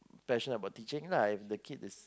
passion about teaching lah and the kid is